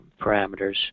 parameters